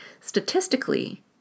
statistically